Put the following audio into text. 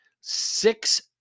six